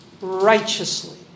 righteously